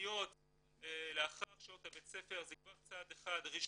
תכניות לאחר שעות הבית ספר זה כבר צעד אחד ראשון,